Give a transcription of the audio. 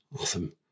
Awesome